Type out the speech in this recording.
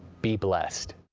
be blessed!